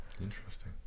Interesting